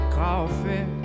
coffee